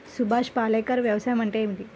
సుభాష్ పాలేకర్ వ్యవసాయం అంటే ఏమిటీ?